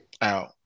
out